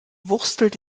wurstelt